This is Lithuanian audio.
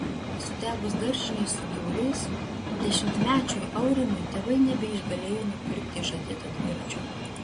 sudegus daržinei su gyvuliais dešimtmečiui aurimui tėvai nebeišgalėjo nupirkti žadėto dviračio